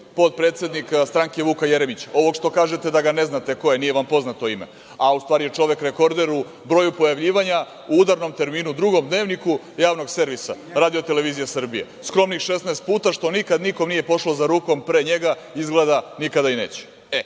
potpredsednik stranke Vuka Jeremića, ovog što kažete da ga ne znate ko je, nije vam poznato ime, a u stvari je čovek rekorder u broju pojavljivanja u udarnom terminu u Drugom dnevniku Javnog servisa RTS, skromnih 16 puta, što nikad nikom nije pošlo za rukom pre njega, a izgleda da nikada i neće,